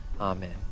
Amen